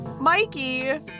Mikey